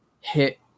hit